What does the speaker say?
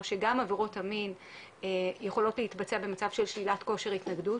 שגם עבירות המין יכולות להתבצע במצב של שלילת כושר ההתנגדות,